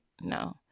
no